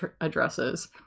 addresses